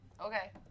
Okay